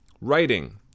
Writing